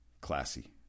Classy